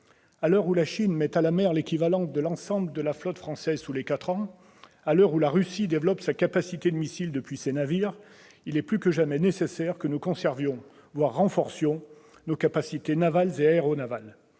À l'heure où la Chine met à la mer l'équivalent de l'ensemble de la flotte française tous les quatre ans, à l'heure où la Russie développe sa capacité de missiles depuis ses navires, il est plus que jamais nécessaire que nous conservions, voire renforcions, nos capacités navales et aéronavales.